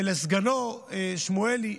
ולסגנו שמואלי,